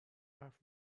حرف